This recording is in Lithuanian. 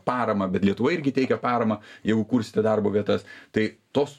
paramą bet lietuva irgi teikia paramą jeigu kursite darbo vietas tai tos